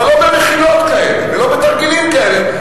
אבל לא במכירות כאלה, לא בתרגילים כאלה.